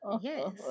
Yes